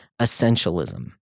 Essentialism